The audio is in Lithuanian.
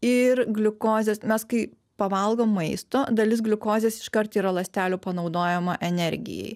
ir gliukozės mes kai pavalgom maisto dalis gliukozės iškart yra ląstelių panaudojama energijai